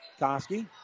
Koski